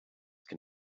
can